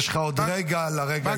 יש לך עוד רגע לרגע ההיסטורי הזה.